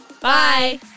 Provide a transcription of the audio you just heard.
bye